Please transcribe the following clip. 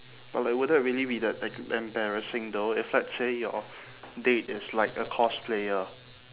but like would that really be that like embarrassing though if let's say your date is like a cosplayer